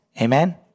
Amen